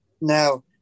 Now